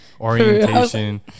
orientation